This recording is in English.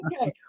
okay